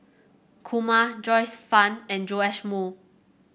Kumar Joyce Fan and Joash Moo